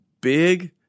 big